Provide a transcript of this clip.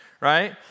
right